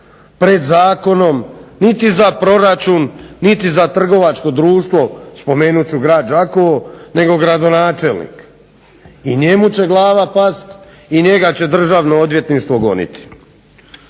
pred zakonom niti za proračun, niti za trgovačko društvo, spomenut ću grad Đakovo, nego gradonačelnik. I njemu će glava pasti i njega će Državno odvjetništvo goniti.